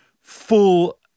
full